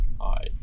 Hi